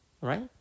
right